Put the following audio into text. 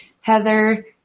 Heather